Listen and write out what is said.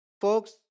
Folks